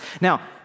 Now